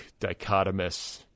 dichotomous